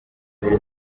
uyu